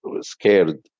scared